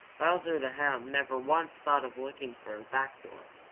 bowser the hound never once thought of looking for a back door.